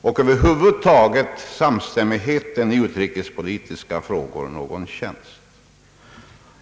och partiernas samstämmighet i utrikespolitiska frågor någon tjänst.